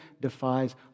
defies